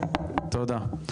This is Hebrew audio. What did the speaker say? רבה, תודה.